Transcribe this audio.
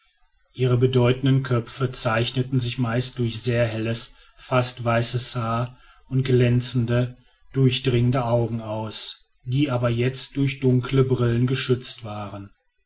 ihre bedeutenden köpfe zeichneten sich meist durch sehr helles fast weißes haar und glänzende durchdringende augen aus die aber jetzt durch dunkle brillen geschützt waren